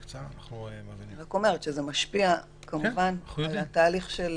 זה כמובן משפיע על התהליך.